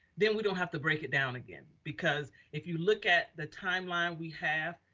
then we don't have to break it down again. because if you look at the timeline we have,